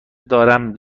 دارم